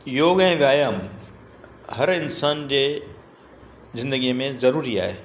योग ऐं व्यायाम हर इंसान जे ज़िंदगीअ में ज़रूरी आहे